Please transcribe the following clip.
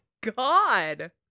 God